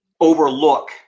overlook